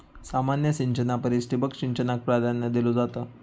सामान्य सिंचना परिस ठिबक सिंचनाक प्राधान्य दिलो जाता